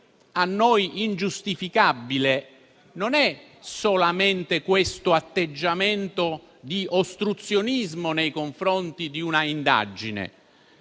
a noi ingiustificabile non è solamente questo atteggiamento di ostruzionismo nei confronti di un'indagine.